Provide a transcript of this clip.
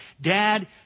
Dad